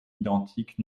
identique